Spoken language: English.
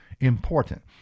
important